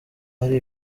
ari